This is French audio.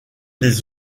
des